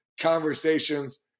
conversations